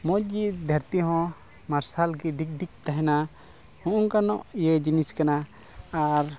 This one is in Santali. ᱢᱚᱡᱽ ᱜᱮ ᱫᱷᱟᱹᱨᱛᱤ ᱦᱚᱸ ᱢᱟᱨᱥᱟᱞ ᱜᱮ ᱰᱤᱜᱲ ᱰᱤᱜᱽ ᱛᱟᱦᱮᱱᱟ ᱱᱚᱜᱼᱚᱝᱠᱟᱱᱟᱜ ᱤᱭᱟᱹ ᱡᱤᱱᱤᱥ ᱠᱟᱱᱟ ᱟᱨ